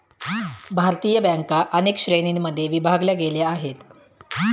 भारतीय बँका अनेक श्रेणींमध्ये विभागल्या गेलेल्या आहेत